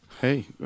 hey